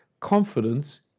confidence